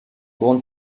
grandes